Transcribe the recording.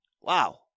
Wow